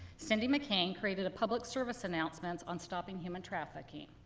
cindy mccain created a public service announcements on stopping human trafficking.